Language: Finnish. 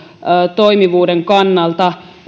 toimivuuden kannalta